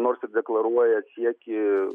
nors ir deklaruoja siekį